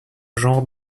genre